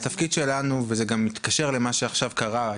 התפקיד שלנו וזה גם מתקשר למה שעכשיו קרה,